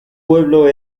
pueblo